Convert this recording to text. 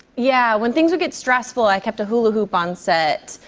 yeah, when things would get stressful, i kept a hula hoop on set.